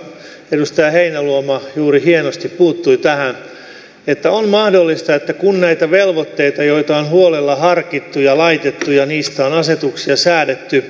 minusta edustaja heinäluoma juuri hienosti puuttui tähän että on mahdollista että kun näitä velvoitteita joita on huolella harkittu ja laitettu ja joista on asetuksia säädetty